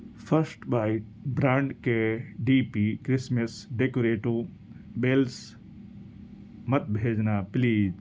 first bite brand کے D P Christmas decorative bells مت بھیجنا پلیز